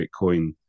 Bitcoin